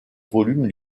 volume